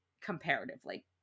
comparatively